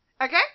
Okay